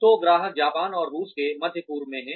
तो ग्राहक जापान और रूस और मध्य पूर्व में हैं